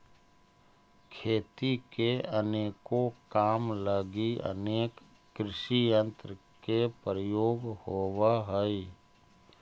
खेती के अनेको काम लगी अनेक कृषियंत्र के प्रयोग होवऽ हई